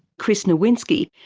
chris nowinski.